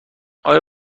آیا